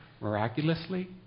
miraculously